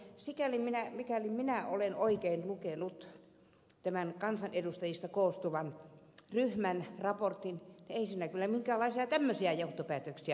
sikäli mikäli minä olen oikein lukenut tämän kansanedustajista koostuvan ryhmän raportin ei siinä kyllä minkäänlaisia tämmöisiä johtopäätöksiä ollut